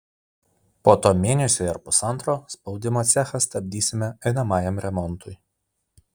po to mėnesiui ar pusantro spaudimo cechą stabdysime einamajam remontui